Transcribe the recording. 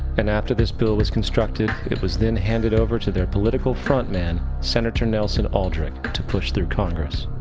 and after this bill was constructed, it was then handed over to their political front-man, senator nelson aldrich, to push through congress.